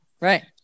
Right